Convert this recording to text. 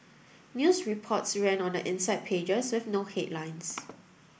news reports ran on the inside pages with no headlines